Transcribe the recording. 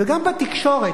וגם התקשורת,